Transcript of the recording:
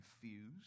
confused